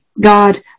God